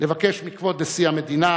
לבקש מכבוד נשיא המדינה